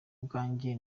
bwanjye